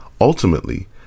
Ultimately